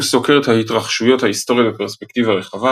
הוא סוקר את ההתרחשויות ההיסטוריות בפרספקטיבה רחבה,